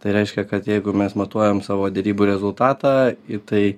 tai reiškia kad jeigu mes matuojam savo derybų rezultatą tai